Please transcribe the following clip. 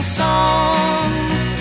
songs